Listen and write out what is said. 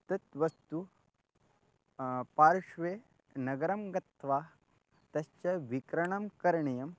तत् वस्तुं पार्श्वे नगरं गत्वा तश्च विक्रयणं करणीयम्